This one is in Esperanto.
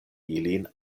ilin